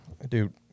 Dude